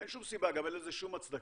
אין שום סיבה, גם אין לזה שום הצדקה,